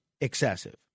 excessive